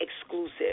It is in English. exclusive